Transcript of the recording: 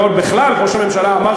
ראש הממשלה אמר,